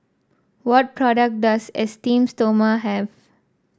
what product does Esteem Stoma have